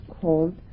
called